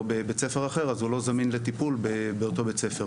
בבית ספר אחר אז הוא לא זמין לטיפול באותו בית ספר,